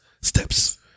steps